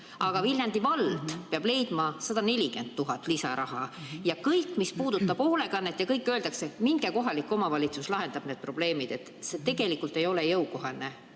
aga Viljandi vald peab leidma 140 000 eurot lisaraha. Ja ka kõik, mis puudutab hoolekannet – öeldakse, et minge, kohalik omavalitsus lahendab need probleemid. Aga tegelikult see ei ole jõukohane,